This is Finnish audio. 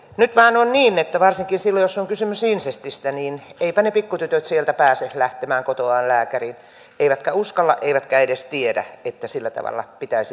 nyt vaan on niin että varsinkin silloin jos on kysymys insestistä niin eivätpä ne pikkutytöt sieltä pääse lähtemään kotoaan lääkäriin eivätkä uskalla eivätkä edes tiedä että sillä tavalla pitäisi menetellä